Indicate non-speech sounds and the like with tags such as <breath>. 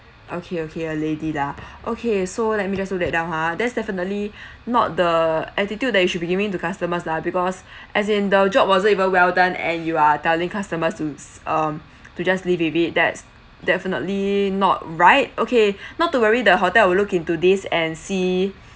okay okay a lady lah <breath> okay so let me just note that down ha that's definitely <breath> not the attitude that you should be giving to customers lah because <breath> as in the job wasn't even well done and you are telling customers to s~ um to just leave with it that's definitely not right okay not to worry the hotel will look into this and see